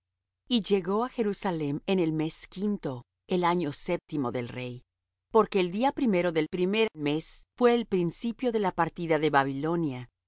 y llegó á jerusalem en el mes quinto el año séptimo del rey porque el día primero del primer mes fué el principio de la partida de babilonia